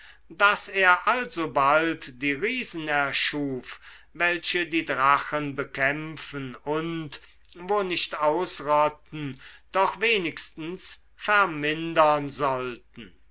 daß er alsobald die riesen erschuf welche die drachen bekämpfen und wo nicht ausrotten doch wenigstens vermindern sollten